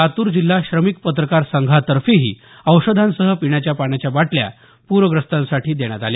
लातूर जिल्हा श्रमिक पत्रकार संघातर्फेही औषधांसह पिण्याच्या पाणाच्या बाटल्या पूरग्रस्तांसाठी देण्यात आल्या